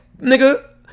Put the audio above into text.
Nigga